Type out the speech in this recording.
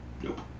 nope